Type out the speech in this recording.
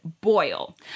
boil